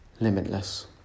limitless